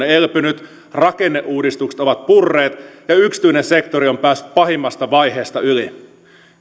elpynyt rakenneuudistukset ovat purreet ja yksityinen sektori on päässyt pahimmasta vaiheesta yli